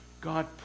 God